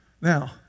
Now